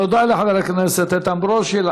תודה לחבר הכנסת איתן ברושי.